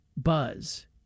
buzz